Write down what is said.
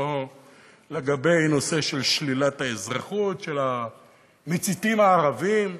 כמו לגבי נושא של שלילת האזרחות של המציתים הערבים.